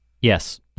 Yes